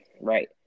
Right